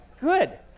Good